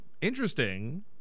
interesting